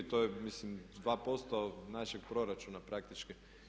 To je mislim 2% našeg proračuna praktički.